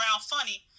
funny